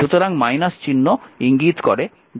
সুতরাং চিহ্ন ইঙ্গিত করে যে পাওয়ার সরবরাহ করা হয়েছে